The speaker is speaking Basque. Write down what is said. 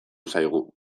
zaigu